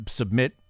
submit